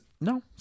no